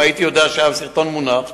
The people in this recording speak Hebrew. אם הייתי יודע שהסרטון מונח,